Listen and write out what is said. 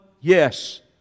Yes